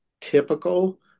typical